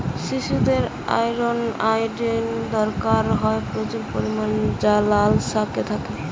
শিশুদের iron, iodine দরকার হয় প্রচুর পরিমাণে যা লাল শাকে থাকে